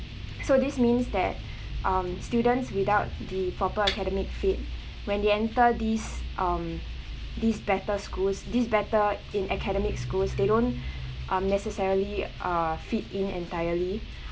so this means that um students without the proper academic fit when they enter these um these better schools these better in academic schools they don't um necessarily uh fit in entirely